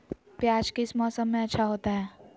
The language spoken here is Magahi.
प्याज किस मौसम में अच्छा होता है?